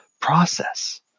process